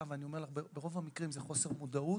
ואני אומר לך שברוב המקרים זה חוסר מודעות.